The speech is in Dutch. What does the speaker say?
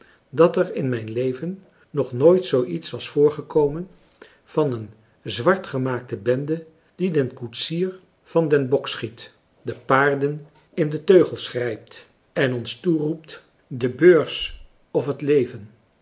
dat er in mijn leven nog nooit zoo iets was voorgekomen van een zwartgemaakte bende die den koetsier van den bok schiet de paarden in de teugels grijpt en ons toeroept de beurs of het leven